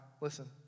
Listen